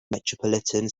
metropolitan